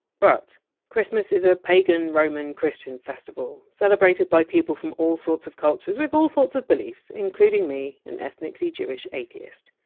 but christmas is a pagan-roman-christian festival, celebrated by people from all sorts of cultures with all sorts of beliefs, including me, an ethnically jewish atheist.